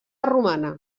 romana